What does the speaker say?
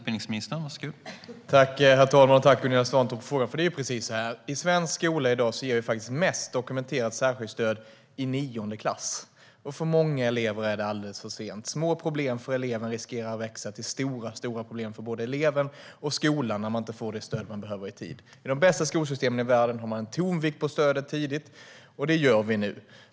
Herr talman! Tack, Gunilla Svantorp, för frågan! Det är precis så att i svensk skola i dag ger vi mest dokumenterat särskilt stöd i nionde klass. För många elever är det alldeles för sent. Små problem för eleven riskerar att växa till stora problem för både eleven och skolan när man inte får det stöd man behöver i tid. I de bästa skolsystemen i världen har man en tonvikt på stödet tidigt, och det satsar vi på nu.